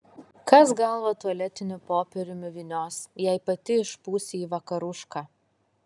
kas galvą tualetiniu popieriumi vynios jei pati išpūsi į vakarušką